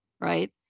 Right